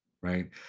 right